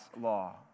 law